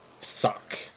suck